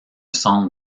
centre